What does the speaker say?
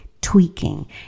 tweaking